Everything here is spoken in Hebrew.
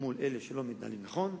אלה שלא מתנהלים נכון.